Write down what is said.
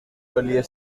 earlier